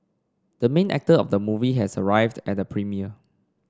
the main actor of the movie has arrived at the premiere